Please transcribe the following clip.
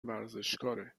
ورزشکاره